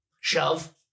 shove